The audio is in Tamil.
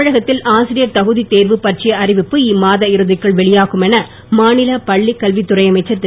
தமிழகத்தில் ஆசிரியர் தகுதித் தேர்வு பற்றிய அறிவிப்பு இம்மாத இறுதிக்குள் வெளியாகும் என மாநில பள்ளிக் கல்வி துறை அமைச்சர் இரு